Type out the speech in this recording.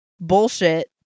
Bullshit